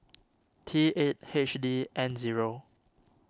T eight H D N zero